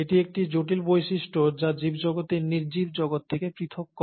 এটি একটি জটিল বৈশিষ্ট্য যা জীবজগতকে নির্জীব জগত থেকে পৃথক করে